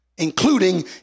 Including